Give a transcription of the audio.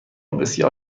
بسیار